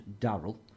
Daryl